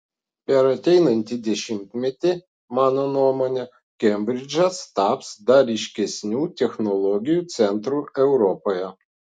per ateinantį dešimtmetį mano nuomone kembridžas taps dar ryškesniu technologijų centru europoje